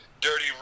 dirty